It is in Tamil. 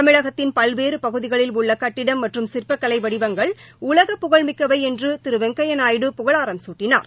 தமிழகத்தின் பல்வேறு பகுதிகளில் உள்ள கட்டிடம் மற்றும் சிற்பக் கலை வடிவங்கள் உலக புகழ்மிக்கவை என்று திரு வெங்கையா நாயுடு புகழாரம் சூட்டினார்